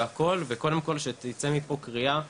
וקודם כל שתצא מפה קריאה